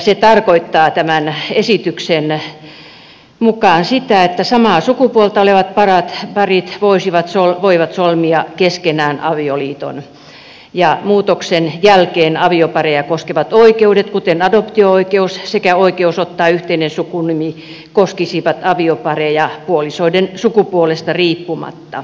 se tarkoittaa tämän esityksen mukaan sitä että samaa sukupuolta olevat parit voivat solmia keskenään avioliiton ja muutoksen jälkeen aviopareja koskevat oikeudet kuten adoptio oikeus sekä oikeus ottaa yhteinen sukunimi koskisivat aviopareja puolisoiden sukupuolesta riippumatta